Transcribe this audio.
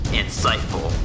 insightful